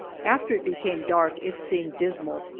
after it became dark it seemed dismal,